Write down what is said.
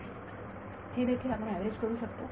विद्यार्थी हे देखील आपण एव्हरेज करू शकतो